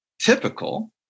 typical